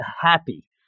happy